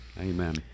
Amen